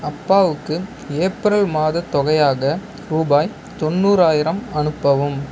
அப்பாவுக்கு ஏப்ரல் மாதத் தொகையாக ரூபாய் தொண்ணூறாயிரம் அனுப்பவும்